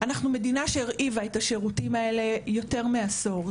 אנחנו מדינה שהרעיבה את השירותים האלה יותר מעשור.